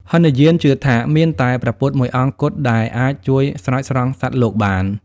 ហីនយានជឿថាមានតែព្រះពុទ្ធមួយអង្គគត់ដែលអាចជួយស្រោចស្រង់សត្វលោកបាន។